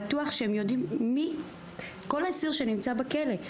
בטוח שהם יודעים מי כל אסיר שנמצא בכלא.